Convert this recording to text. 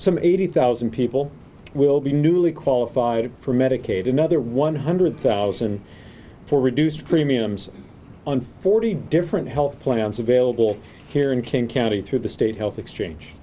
some eighty thousand people will be newly qualified for medicaid another one hundred thousand for reduced premiums on forty different health plans available here in king county through the state health exchange